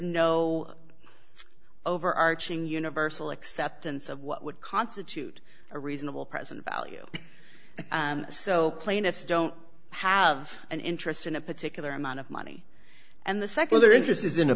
no overarching universal acceptance of what would constitute a reasonable present value so plaintiffs don't have an interest in a particular amount of money and the secular interest is in a